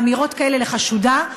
ואמירות כאלה לחשודה,